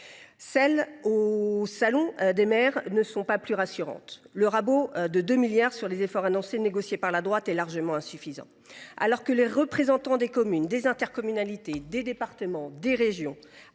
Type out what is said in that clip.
collectivités locales ne sont pas plus rassurantes. Ainsi, le rabot de 2 milliards d’euros sur les efforts annoncés, négocié par la droite, est largement insuffisant. Alors que les représentants des communes, des intercommunalités, des départements et des régions